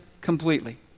completely